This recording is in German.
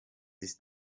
ist